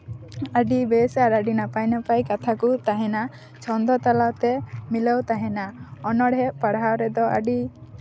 ᱟᱹᱰᱤ ᱵᱮᱥ ᱟᱨ ᱟᱹᱰᱤ ᱱᱟᱯᱟᱭ ᱱᱟᱯᱟᱭ ᱠᱟᱛᱷᱟ ᱠᱚ ᱛᱟᱦᱮᱸᱱᱟ ᱪᱷᱚᱱᱫᱚ ᱛᱟᱞᱟᱛᱮ ᱢᱤᱞᱟᱹᱣ ᱛᱟᱦᱮᱸᱱᱟ ᱚᱱᱚᱲᱦᱮᱸ ᱯᱟᱲᱦᱟᱣ ᱨᱮᱫᱚ ᱟᱹᱰᱤ